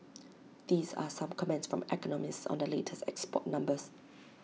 these are some comments from economists on the latest export numbers